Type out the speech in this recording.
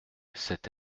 cette